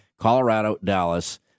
Colorado-Dallas